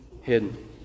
hidden